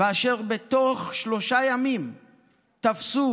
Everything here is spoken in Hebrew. ובתוך שלושה ימים תפסו